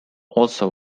also